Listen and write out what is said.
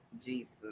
Jesus